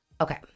Okay